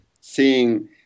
seeing